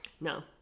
No